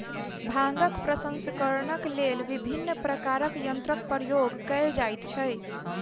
भांगक प्रसंस्करणक लेल विभिन्न प्रकारक यंत्रक प्रयोग कयल जाइत छै